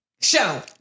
show